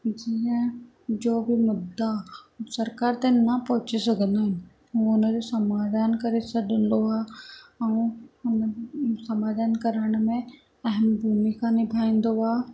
जीअं जो बि मुद्दा सरकार ताईं न पहुची सघंदा आहिनि हो उन जो समाधान करे छॾींदो आहे ऐं उन समाधान कराइण में अहम भूमिका निभाईन्दो आहे